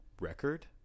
record